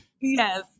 Yes